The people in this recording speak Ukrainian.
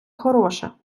хороше